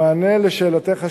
במענה על שאלתך השלישית,